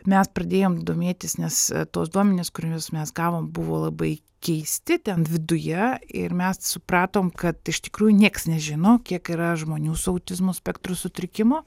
mes pradėjom domėtis nes tuos duomenis kuriuos mes gavom buvo labai keisti ten viduje ir mes supratom kad iš tikrųjų nieks nežino kiek yra žmonių su autizmo spektro sutrikimo